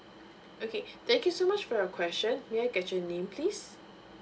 okay thank you so much for your question may I get your name please